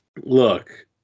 Look